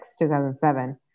2007